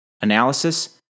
analysis